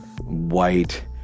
white